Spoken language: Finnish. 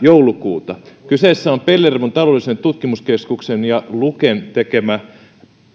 joulukuutta kyseessä on pellervon taloudellisen tutkimuskeskuksen ja luken tekemä